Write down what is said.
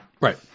Right